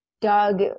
Doug